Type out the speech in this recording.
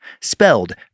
Spelled